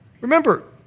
Remember